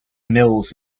mills